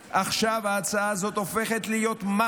עכשיו, ההצעה הזאת הופכת להיות must,